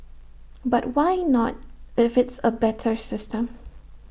but why not if it's A better system